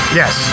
yes